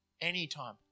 Anytime